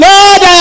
Lord